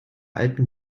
alten